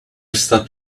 stop